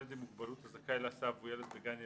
ילד עם מוגבלות הזכאי להסעה והוא ילד בגן ילדים,